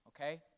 Okay